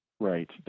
Right